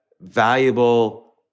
valuable